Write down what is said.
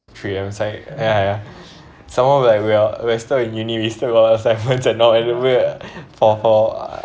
true ah it's like ya ya some more we like we are we are still in uni we still got assignments and all and we are for for